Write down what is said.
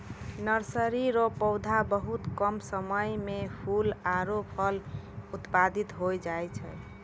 nursery रो पौधा बहुत कम समय मे फूल आरु फल उत्पादित होय जाय छै